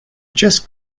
just